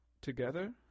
together